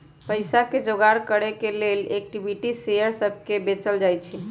पईसा के जोगार करे के लेल इक्विटी शेयर सभके को बेचल जाइ छइ